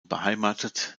beheimatet